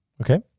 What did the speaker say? Okay